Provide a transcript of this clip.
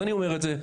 אז אני אומר את זה,